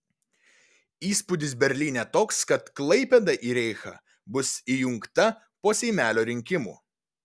įspūdis berlyne toks kad klaipėda į reichą bus įjungta po seimelio rinkimų